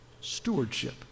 stewardship